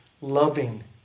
loving